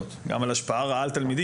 גם על השפעה רעה על תלמידים.